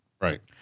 Right